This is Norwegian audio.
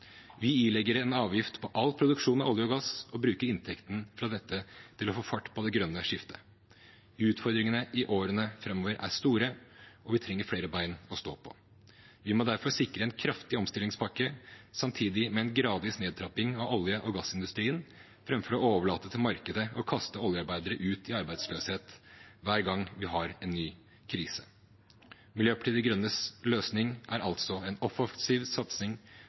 Vi ilegger en avgift på all produksjon av olje og gass og bruker inntektene fra dette til å få fart på det grønne skiftet. Utfordringene i årene framover er store, og vi trenger flere bein å stå på. Vi må derfor sikre en kraftig omstillingspakke samtidig med en gradvis nedtrapping av olje- og gassindustrien, framfor å overlate til markedet å kaste oljearbeidere ut i arbeidsløshet hver gang vi har en ny krise. Miljøpartiet De Grønnes løsning er altså en offensiv satsing